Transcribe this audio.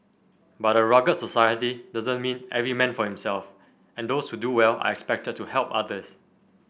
but a rugged society doesn't mean every man for himself and those who do well are expected to help others